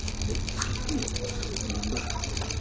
on its streets with mud,